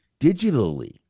digitally